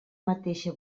mateixa